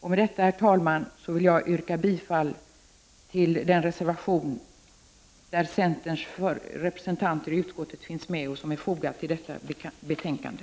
Med detta, herr talman, vill jag yrka bifall till den reservation där centerns representanter i utskottet finns med som är fogad till detta betänkande.